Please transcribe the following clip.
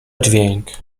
dźwięk